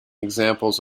examples